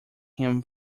him